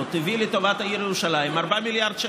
הביא לטובת העיר ירושלים 4 מיליארד שקל.